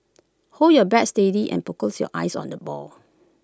hold your bat steady and focus your eyes on the ball